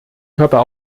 körper